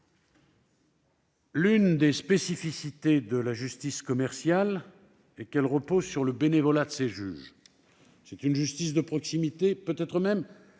L'une des spécificités de la justice commerciale est qu'elle repose sur le bénévolat de ses juges. C'est une justice de proximité, peut-être même